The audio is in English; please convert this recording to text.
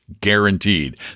guaranteed